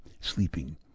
sleeping